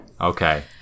Okay